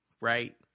right